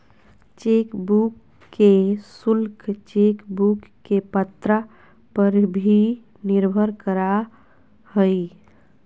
chequebook के शुल्क chequebook के पन्ना पर भी निर्भर करा हइ